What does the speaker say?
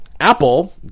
Apple